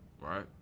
Right